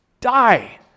Die